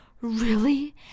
Really